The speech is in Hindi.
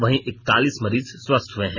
वहीं एकतालीस मरीज स्वस्थ हुए हैं